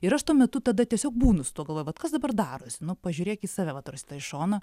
ir aš tuo metu tada tiesiog būnu su tuo galvoju vat kas dabar darosi nu pažiūrėk į save vat rosita iš šono